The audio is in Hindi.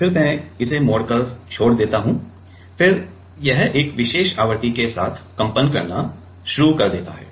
फिर मैं इसे मोड़कर छोड़ देता हूं फिर यह एक विशेष आवृत्ति के साथ कंपन करना शुरू कर देता है